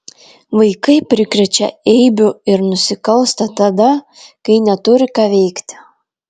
vaikai prikrečia eibių ir nusikalsta tada kai neturi ką veikti